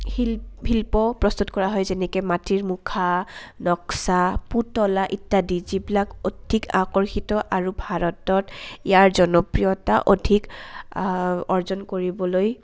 শিল শিল্প প্ৰস্তুত কৰা হয় যেনেকে মাটিৰ মুখা নক্সা পুতলা ইত্যাদি যিবিলাক অধিক আকৰ্ষিত আৰু ভাৰতত ইয়াৰ জনপ্ৰিয়তা অধিক অৰ্জন কৰিবলৈ